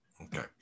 Okay